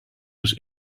was